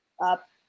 up